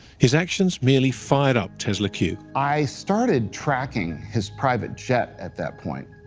his actions merely fired up tesla q. i started tracking his private jet at that point.